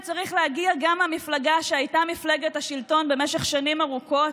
הוא צריך להגיע גם מהמפלגה שהייתה מפלגת השלטון במשך שנים ארוכות,